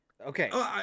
Okay